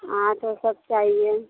हाँ तो सब चाहिए